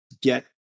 get